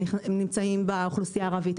הם נמצאים באוכלוסייה הערבית,